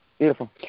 Beautiful